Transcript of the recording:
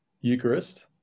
eucharist